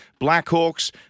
Blackhawks